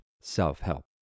self-help